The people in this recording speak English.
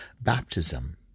baptism